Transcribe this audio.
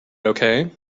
okay